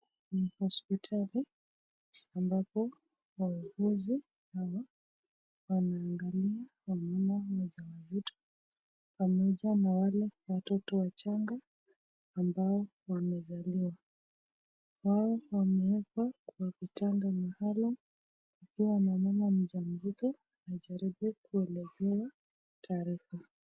Hospitali ambapo wauguzi hawa wanaangalia kina mama wajawazito pamoja na wale watoto wachanga ambao wamezaliwa. Wao wamewekwa kwa vitanda mahalum huku na mama mjamzito anajaribu kuelezea taarifa.